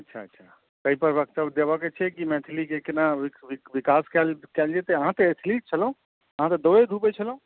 अच्छा अच्छा कइपर वक्तव्य देबऽके छै मैथिलीके कोना विकास कएल जेतै अहाँ तऽ एथलीट छलौँ अहाँ तऽ दौड़ै धूपै छलौँ